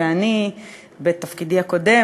ואני בתפקידי הקודם,